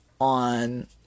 on